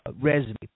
resume